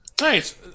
Nice